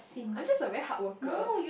I'm just a very hard worker